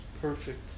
perfect